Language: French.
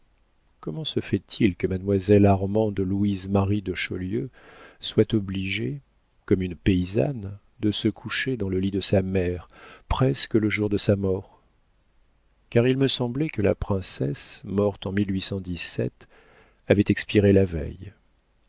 comment se fait-il que mademoiselle armande louise marie de chaulieu soit obligée comme une paysanne de se coucher dans le lit de sa mère presque le jour de sa mort car il me semblait que la princesse morte en avait expiré la veille